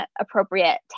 appropriate